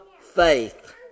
faith